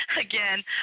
Again